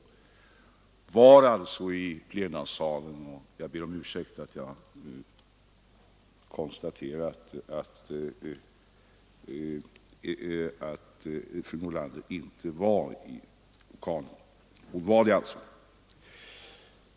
Hon var alltså närvarande, och jag ber om ursäkt för att jag sade att hon inte befann sig i kammaren.